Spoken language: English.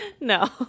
No